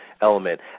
element